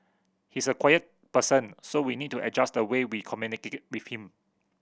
he's a quiet person so we need to adjust the way we communicate with him